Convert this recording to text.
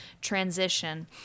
transition